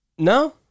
No